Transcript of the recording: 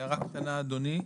הערה קטנה, אדוני.